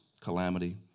calamity